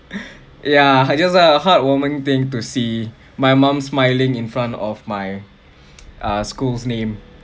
yeah just a heartwarming thing to see my mum smiling in front of my uh school's name